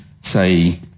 say